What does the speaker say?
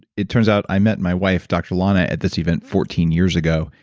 it turns out i met my wife, dr lana, at this event fourteen years ago,